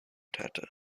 tata